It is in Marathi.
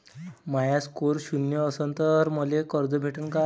माया स्कोर शून्य असन तर मले कर्ज भेटन का?